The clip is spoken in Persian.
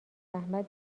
زحمت